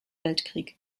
weltkrieg